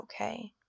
okay